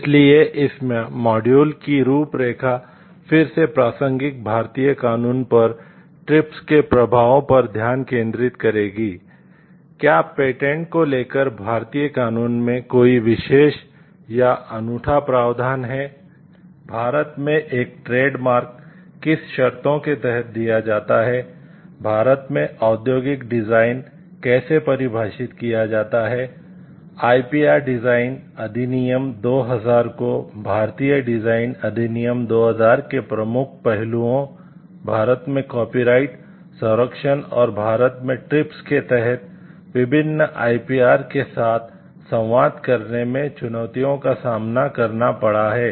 इसलिए इस मॉड्यूल के साथ संवाद करने में चुनौतियों का सामना करना पड़ा है